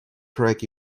correct